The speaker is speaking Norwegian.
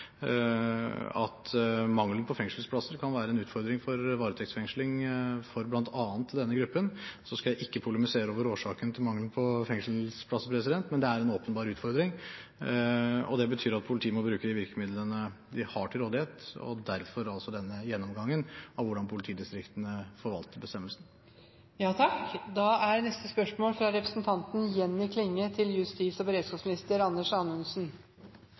at mangelen på fengselsplasser kan være en utfordring for varetektsfengsling for bl.a. denne gruppen. Jeg skal ikke polemisere over årsaken til mangelen på fengselsplasser, men det er en åpenbar utfordring, og det betyr at politiet må bruke de virkemidlene de har til rådighet – derfor altså denne gjennomgangen av hvordan politidistriktene forvalter bestemmelsen. Eg tillèt meg å stille følgjande spørsmål til justis- og